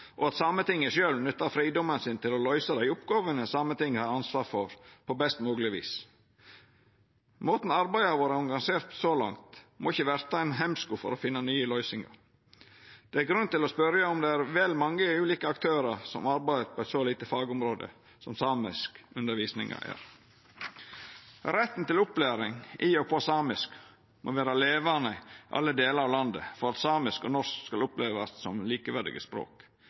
og at Sametinget sjølv nyttar fridomen sin til å løysa dei oppgåvene Sametinget har ansvar for, på best mogleg vis. Måten arbeidet har vore arrangert på så langt, må ikkje verta ein hemsko for å finna nye løysingar. Det er grunn til å spørja om det er vel mange ulike aktørar som arbeider på eit så lite fagområde som samiskundervisning er. Retten til opplæring i og på samisk må vera levande i alle delar av landet for at samisk og norsk skal opplevast som likeverdige språk.